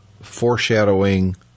foreshadowing